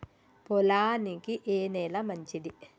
పొలానికి ఏ నేల మంచిది?